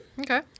Okay